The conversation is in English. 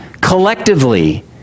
collectively